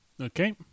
Okay